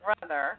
brother